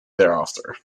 thereafter